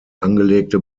angelegte